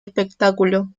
espectáculo